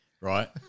right